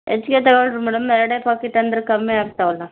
ಹೆಚ್ಗೆ ತೊಗೊಳ್ರಿ ಮೇಡಮ್ ಎರಡೇ ಪಾಕೀಟ್ ಅಂದ್ರೆ ಕಮ್ಮಿ ಆಗ್ತಾವಲ್ವ